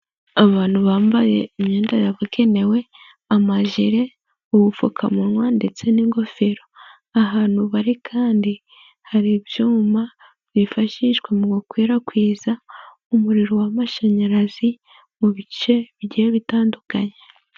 Abantu bambaye imyenda yabugenewe amajire, ubupfukamunwa ndetse n'ingofero. Ahantu bari kandi hari ibyuma byifashishwa mu gukwirakwiza umuriro w'amashanyarazi, mu bice bigiye bitandukanye.